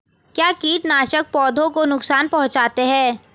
क्या कीटनाशक पौधों को नुकसान पहुँचाते हैं?